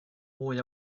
mwy